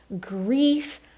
grief